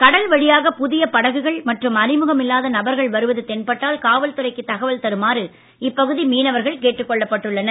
கடல் வழியாக புதிய படகுகள் மற்றும் அறிமுகம் இல்லாத நபர்கள் வருவது தென்பட்டால் காவல்துறைக்கு தகவல் தருமாறு இப்பகுதி மீனவர்கள் கேட்டுக் கொள்ளப்பட்டனர்